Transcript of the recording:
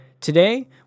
Today